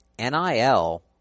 NIL